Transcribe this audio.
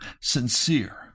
sincere